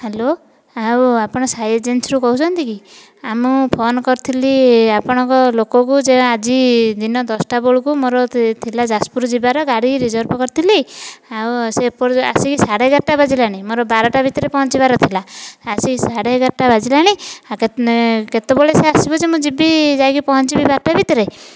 hello ଆଉ ଆପଣ ସାଇ ଏଜେନ୍ସିରୁ କହୁଛନ୍ତି କି ମୁଁ ଫୋନ କରିଥିଲି ଆପଣଙ୍କ ଲୋକକୁ ଯେ ଆଜି ଦିନ ଦଶଟା ବେଳକୁ ମୋର ଥିଲା ଯାଜପୁର ଯିବାର ଗାଡ଼ି ରିଜର୍ଭ କରିଥିଲି ଆଉ ସେ ଏପର୍ଯ୍ୟନ୍ତ ଆସିକି ସାଢ଼େ ଏଗାରଟା ବାଜିଲାଣି ମୋର ବାରଟା ଭିତରେ ପହଞ୍ଚିବାର ଥିଲା ଆସି ସାଢ଼େ ଏଗାରଟା ବାଜିଲାଣି ଆଉ କେତେବେଳେ ସେ ଆସିବ ଯେ ମୁଁ ଯିବି ଯେ ଯାଇକି ପହଞ୍ଚିବି ବାରଟା ଭିତରେ